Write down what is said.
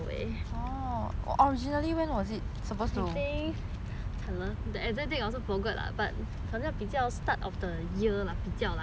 I think 惨了 the exact date I also forgot lah but 反正比较 start of the year lah I think 比较 then end up